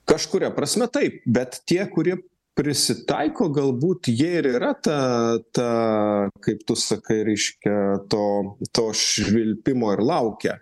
kažkuria prasme taip bet tie kurie prisitaiko galbūt jie ir yra ta ta kaip tu sakai reiškia to to švilpimo ir laukia